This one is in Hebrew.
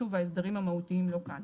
שוב, ההסדרים המהותיים לא כאן.